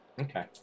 Okay